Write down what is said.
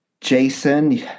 Jason